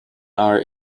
are